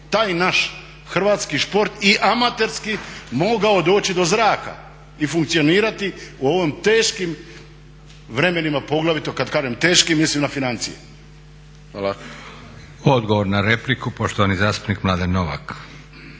taj naš hrvatski šport i amaterski mogao doći do zraka i funkcionirati u ovim teškim vremenima poglavito kada kažem teškim mislim na financije. Hvala. **Leko, Josip (SDP)** Odgovor na repliku poštovani zastupnik Mladen Novak.